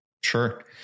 Sure